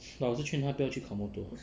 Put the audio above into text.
老是劝他不要去考 motor